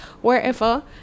wherever